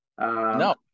No